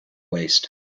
waist